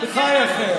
בחייכם,